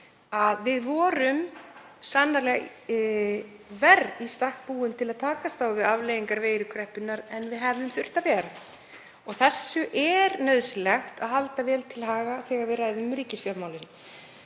að við vorum sannarleg verr í stakk búin til að takast á við afleiðingar kreppunnar en við hefðum þurft að vera. Þessu er nauðsynlegt að halda vel til haga þegar við ræðum ríkisfjármálin.